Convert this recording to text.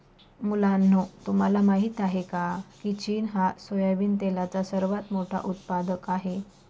मुलांनो तुम्हाला माहित आहे का, की चीन हा सोयाबिन तेलाचा सर्वात मोठा उत्पादक आहे